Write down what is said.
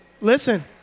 Listen